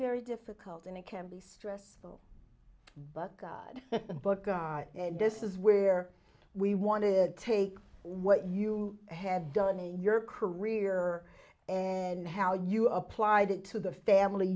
very difficult and it can be stressful but god but guy and this is where we want to take what you have done in your career and how you applied it to the family